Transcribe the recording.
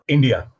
India